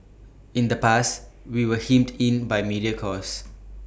in the past we were hemmed in by media cost